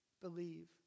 Believe